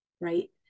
Right